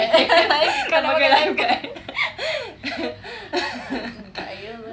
nak pakai life guard